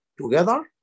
together